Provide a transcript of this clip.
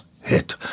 hit